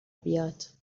بیاد